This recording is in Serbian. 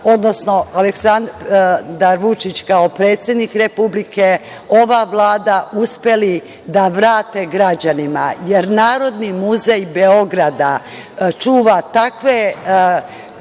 odnosno Vučić kao predsednik Republike, ova Vlada uspeli da vrate građanima, jer Narodni muzej Beograda čuva takve